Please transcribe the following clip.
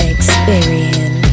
Experience